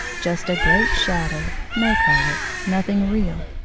just a great shadow, no color. nothing real.